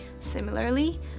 Similarly